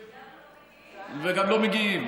גם לא מגיעים.